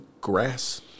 grass